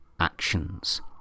actions